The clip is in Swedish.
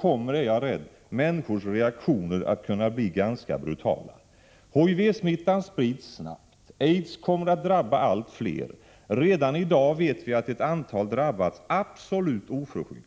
kommer, är jag rädd, människors reaktioner att kunna bli ganska brutala. HIV-smittan sprids snabbt. Aids kommer att drabba allt fler. Redan i dag vet vi att ett antal drabbats absolut oförskyllt.